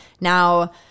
Now